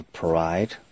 pride